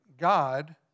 God